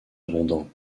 abondant